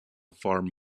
farm